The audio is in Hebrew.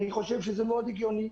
אני חושב שזה מאוד הגיוני.